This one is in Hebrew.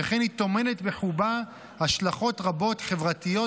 וכן היא טומנת בחובה השלכות חברתיות,